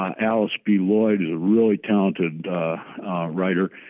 um alice b. lloyd is a really talented writer,